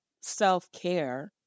self-care